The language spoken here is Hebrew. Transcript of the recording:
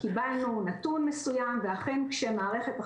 כמו שאמרתי גם בדבריי,